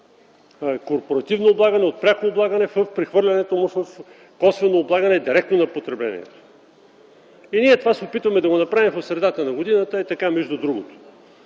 корпоративно облагане, от пряко облагане в прехвърлянето му в косвено облагане директно на потреблението. И ние се опитваме да направим това в средата на годината – ей така, между другото.